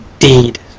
Indeed